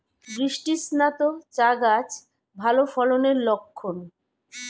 বৃষ্টিস্নাত চা গাছ ভালো ফলনের লক্ষন